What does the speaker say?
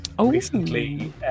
recently